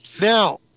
Now